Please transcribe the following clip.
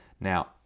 Now